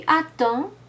attends